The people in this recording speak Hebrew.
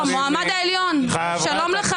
מועמד העליון, שלום לך.